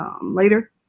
later